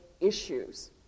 issues